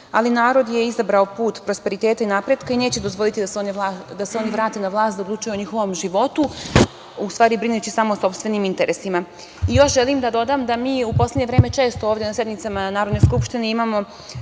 narod je izabrao put prosperiteta i napretka i neće dozvoliti da se oni vrate na vlast, da odlučuju o njihovom životu, u stvari brinući samo o sopstvenim interesima. Još želim da dodam da mi u poslednje vreme često ovde na sednicama Narodne skupštine imamo